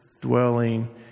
dwelling